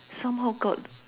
somehow got